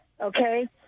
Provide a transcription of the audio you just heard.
okay